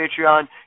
Patreon